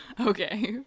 Okay